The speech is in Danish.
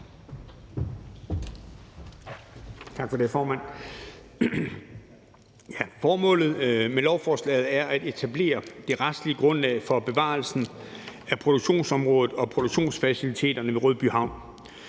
Formålet med lovforslaget er at etablere det retlige grundlag for bevarelsen af produktionsområdet og produktionsfaciliteterne ved Rødbyhavn,